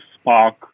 spark